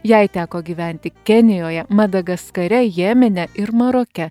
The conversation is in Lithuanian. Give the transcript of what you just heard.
jai teko gyventi kenijoje madagaskare jemene ir maroke